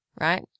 right